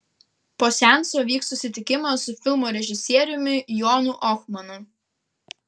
po seanso vyks susitikimas su filmo režisieriumi jonu ohmanu